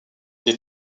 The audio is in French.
les